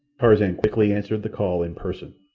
tarzan quickly answered the call in person.